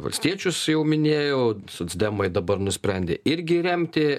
valstiečius jau minėjau socdemai dabar nusprendė irgi remti